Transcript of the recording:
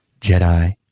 Jedi